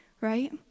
Right